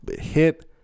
hit –